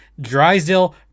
Drysdale